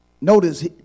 notice